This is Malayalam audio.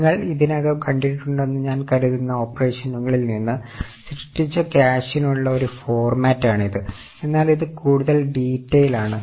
നിങ്ങൾ ഇതിനകം കണ്ടിട്ടുണ്ടെന്ന് ഞാൻ കരുതുന്ന ഓപ്പറേഷനുകളിൽ നിന്ന് സൃഷ്ടിച്ച ക്യാഷിനുള്ള ഒരു ഫോർമാറ്റാണിത് എന്നാൽ ഇത് കൂടുതൽ ഡീറ്റെയിൽ ആണ്